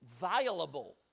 viable